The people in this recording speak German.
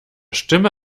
stimme